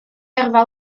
yrfa